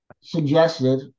suggested